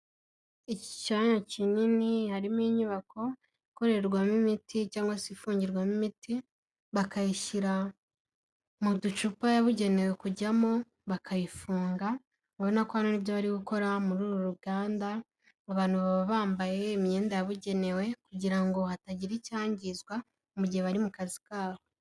Iki cyanya kinini, harimo inyubako, ikorerwamo imiti, cyangwa se ifungirwamo imiti bakayishyira mu ducupa yabugenewe kujyamo, bakayifunga, ubona ko hano ari byo bari gukora muri uru ruganda abantu baba bambaye imyenda yabugenewe, kugira ngo hatagira icyangizwa mu gihe bari mu kazi kabo.